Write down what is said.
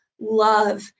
love